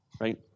right